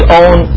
own